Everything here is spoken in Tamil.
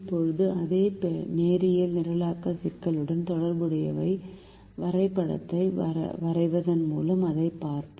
இப்போது அதே நேரியல் நிரலாக்க சிக்கலுடன் தொடர்புடைய வரைபடத்தை வரைவதன் மூலம் அதைப் பார்ப்போம்